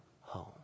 home